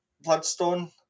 bloodstone